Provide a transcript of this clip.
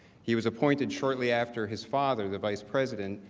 he was appointed shortly after his father, the vice president,